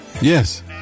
Yes